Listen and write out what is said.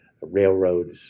railroads